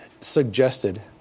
suggested